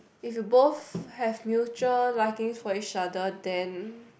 if you both have mutual liking for each other then